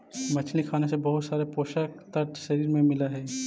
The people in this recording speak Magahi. मछली खाने से बहुत सारे पोषक तत्व शरीर को मिलअ हई